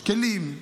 יש כלים,